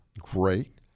great